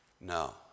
No